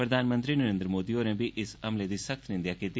प्रधानमंत्री नरेन्द्र मोदी होरें बी इस हमले दी सख्त निंदेया कीती